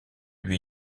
lui